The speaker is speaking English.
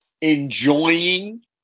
enjoying